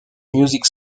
music